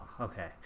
Okay